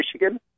Michigan